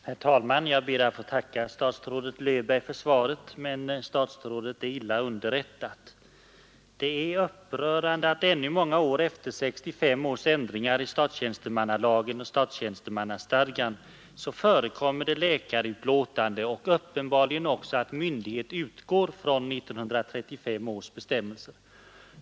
Herr talman! Jag ber att få tacka statsrådet Löfberg för svaret. Statsrådet är emellertid illa underrättad. Det är upprörande att det ännu många år efter 1965 års ändringar i statstjänstemannalagen och statstjänstemannastadgan förekommer läkarutlåtande och uppenbarligen också att myndighet utgår från 1935 års bestämmelser.